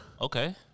Okay